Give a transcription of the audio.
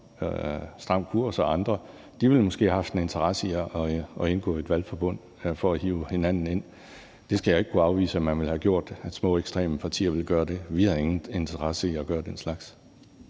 Stram Kurs og andre ville måske have en interesse i at indgå i et valgforbund for at trække hinanden ind. Jeg skal ikke kunne afvise, at små ekstreme partier ville gøre det. Vi har ingen interesse i at gøre den slags.